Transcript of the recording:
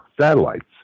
satellites